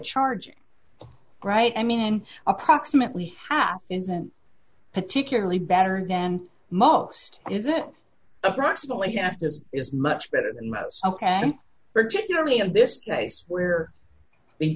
charging right i mean in approximately half isn't particularly better than most is it approximately half this is much better than most ok particularly in this case where the